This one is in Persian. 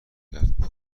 کرد